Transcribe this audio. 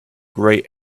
grey